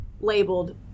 labeled